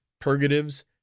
purgatives